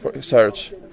search